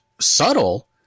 subtle